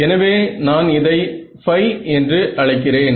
எனவே நான் இதை Φ என்று அழைக்கிறேன்